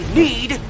need